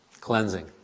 Cleansing